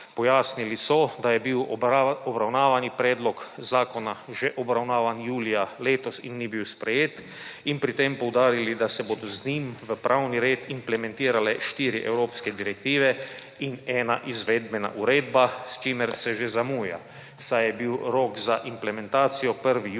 Pojasnili so, da je bil obravnavani predlog zakona že obravnavan julija letos in ni bil sprejet, in pri tem poudarili, da se bodo z njim v pravni red implementirale 4 evropske direktive in 1 izvedbena uredba, s čimer se že zamuja, saj je bil rok za implementacijo 1. julij